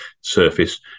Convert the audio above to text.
surface